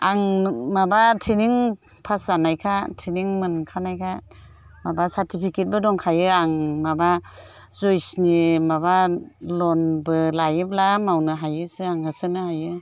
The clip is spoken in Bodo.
आं माबा ट्रैनिं पास जानायखा ट्रैनिं मोनखानायखा माबा सार्टिफिकेटबो दंखायो आं माबा जुइसनि माबा ल'नबो लायोब्ला मावनो हायोसो आं होसोनो हायो